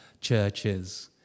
churches